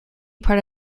part